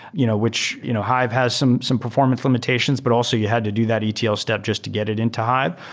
you know which you know hive has some some performance limitations, but also you had to do that etl step just to get it into hive,